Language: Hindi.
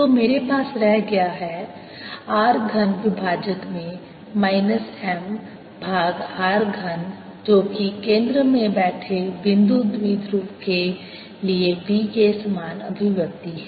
तो मेरे पास रह गया है r घन विभाजक में माइनस m भाग r घन जो कि केंद्र में बैठे बिंदु द्विध्रुव के लिए B के समान अभिव्यक्ति है